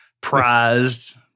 prized